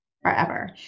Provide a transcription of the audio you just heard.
forever